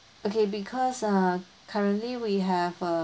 okay because uh currently we have uh